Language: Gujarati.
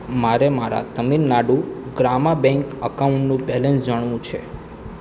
મારે મારા તમિલનાડુ ગ્રામા બેંક એકાઉન્ટનું બેલેન્સ જાણવું છે